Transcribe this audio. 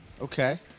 Okay